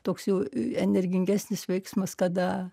toks jau energingesnis veiksmas kada